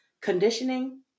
Conditioning